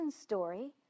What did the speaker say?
story